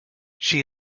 she